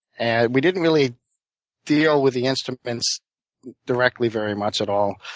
and we didn't really deal with the instruments directly very much at all.